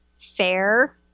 Fair